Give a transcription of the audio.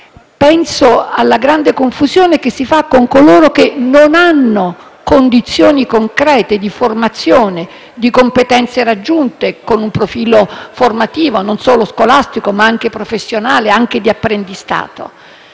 e con malattia rara), con quelle rivolte a coloro che non hanno condizioni concrete di formazione e di competenze raggiunte, con un profilo formativo, non solo scolastico, ma anche professionale e di apprendistato.